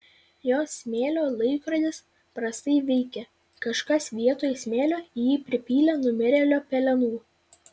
jos smėlio laikrodis prastai veikia kažkas vietoj smėlio į jį pripylė numirėlio pelenų